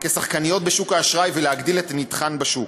כשחקניות בשוק האשראי ולהגדיל את נתחן בשוק.